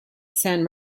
sainte